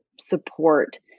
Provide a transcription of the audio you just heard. support